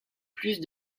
plus